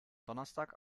donnerstag